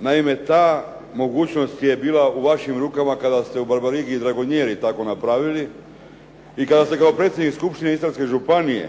Naime, ta mogućnost je bila u vašim rukama kada ste u Barbarigi i Dragonjeri tako napravili i kada ste kao predsjednik Skupštine Istarske županije